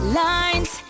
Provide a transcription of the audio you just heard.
lines